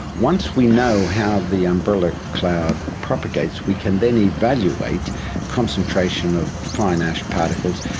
once we know how the umbrella cloud propagates we can then evaluate concentration of fine ash particles,